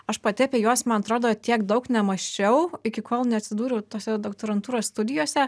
aš pati apie juos man atrodo tiek daug nemąsčiau iki kol neatsidūriau tose doktorantūros studijose